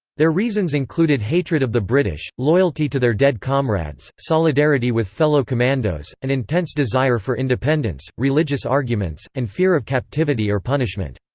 their reasons included hatred of the british, loyalty to their dead comrades, solidarity with fellow commandos, an intense desire for independence, religious arguments, and fear of captivity or punishment.